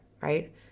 Right